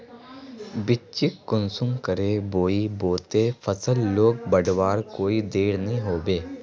बिच्चिक कुंसम करे बोई बो ते फसल लोक बढ़वार कोई देर नी होबे?